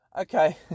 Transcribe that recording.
Okay